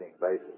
basis